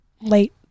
late